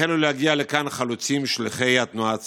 החלו להגיע לכאן חלוצים, שליחי התנועה הציונית.